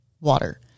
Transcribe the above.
water